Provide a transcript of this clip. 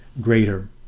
greater